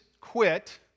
quit